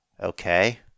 okay